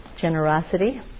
generosity